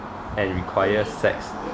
and require sex